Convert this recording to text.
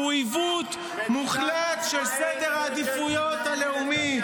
עיוות מוחלט של סדר העדיפויות הלאומי.